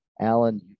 Alan